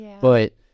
but-